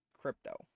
crypto